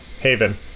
Haven